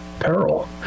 peril